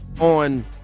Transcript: on